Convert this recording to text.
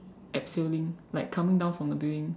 abseiling like coming down from the building